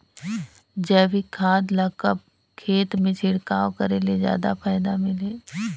जैविक खाद ल कब खेत मे छिड़काव करे ले जादा फायदा मिलही?